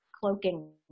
cloaking